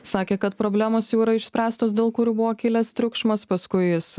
sakė kad problemos jau yra išspręstos dėl kurių buvo kilęs triukšmas paskui jis